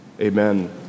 Amen